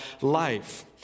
life